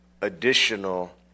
additional